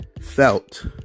felt